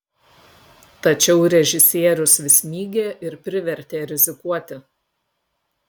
tačiau režisierius vis mygė ir privertė rizikuoti